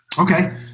Okay